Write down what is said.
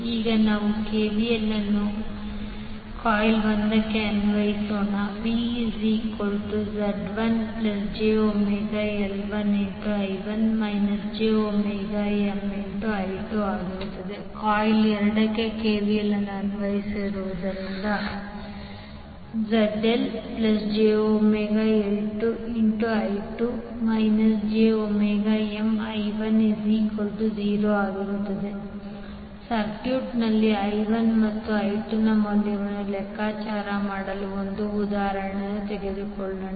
ಈಗ ನಾವು ಕೆವಿಎಲ್ ಅನ್ನು ಕಾಯಿಲ್ 1 ಗೆ ಅನ್ವಯಿಸೋಣ VZ1jωL1I1 jωMI2 ಕಾಯಿಲ್ 2 ಗೆ ಕೆವಿಎಲ್ ಅನ್ನು ಅನ್ವಯಿಸುವುದರಿಂದ 0ZLjωL2I2 jωMI1 ಸರ್ಕ್ಯೂಟ್ನಲ್ಲಿI1 ಮತ್ತು I2 ಮೌಲ್ಯವನ್ನು ಲೆಕ್ಕಾಚಾರ ಮಾಡಲು 1 ಉದಾಹರಣೆಯನ್ನು ತೆಗೆದುಕೊಳ್ಳೋಣ